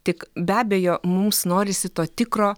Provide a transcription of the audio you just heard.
tik be abejo mums norisi to tikro